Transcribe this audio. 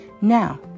Now